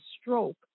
stroke